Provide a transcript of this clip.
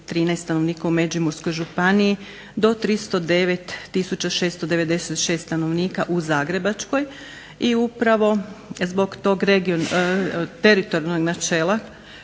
213 stanovnika u Međimurskoj županiji do 309 696 stanovnika u Zagrebačkoj. I upravo zbog tog teritorijalnog načela